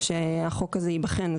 שהחוק הזה ייבחן.